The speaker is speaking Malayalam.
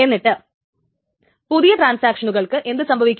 എന്നിട്ട് പുതിയ ട്രാൻസാക്ഷനുകൾക്ക് എന്തു സംഭവിക്കും